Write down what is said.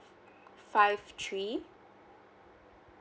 five three